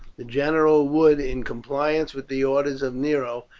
the general would, in compliance with the orders of nero,